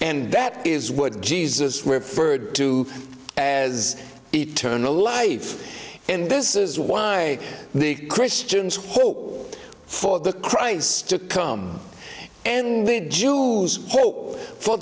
and that is what jesus referred to as eternal life and this is why the christians hope for the christ to come and the jews hope for